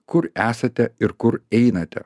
kur esate ir kur einate